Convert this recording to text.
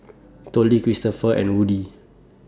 Tollie Christoper and Woody